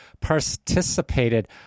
participated